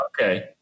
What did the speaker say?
okay